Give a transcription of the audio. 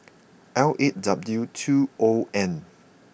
L eight W two O N